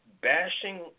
bashing